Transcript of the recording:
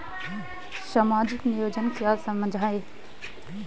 सामाजिक नियोजन क्या है समझाइए?